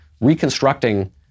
reconstructing